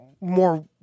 more